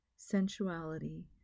sensuality